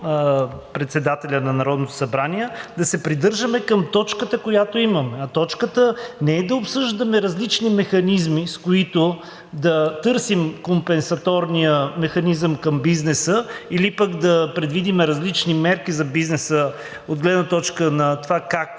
председателя на Народното събрание да се придържаме към точката, която имаме. А точката не е да обсъждаме различни механизми, с които да търсим компенсаторния механизъм към бизнеса, или пък да предвидим различни мерки за бизнеса от гледна точка на това как